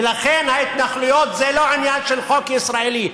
ולכן ההתנחלויות זה לא עניין של חוק ישראלי.